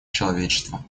человечества